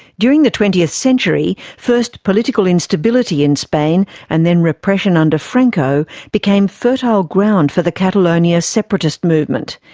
during the twentieth century, first political instability in spain and then repression under franco became fertile ground for the catalonia separatist movement.